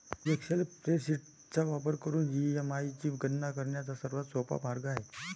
Excel spreadsheet चा वापर करून ई.एम.आय ची गणना करण्याचा सर्वात सोपा मार्ग आहे